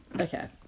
Okay